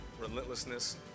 relentlessness